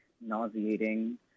nauseating